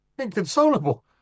inconsolable